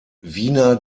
wiener